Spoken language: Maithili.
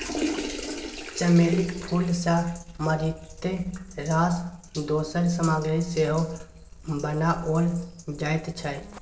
चमेलीक फूल सँ मारिते रास दोसर सामग्री सेहो बनाओल जाइत छै